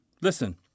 Listen